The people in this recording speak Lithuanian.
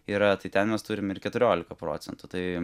yra tai ten mes turim ir keturioliką procentų tai